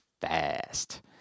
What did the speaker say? fast